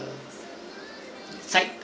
side